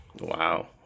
Wow